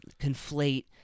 conflate